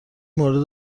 مورد